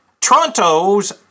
Toronto's